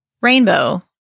Rainbow